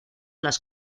las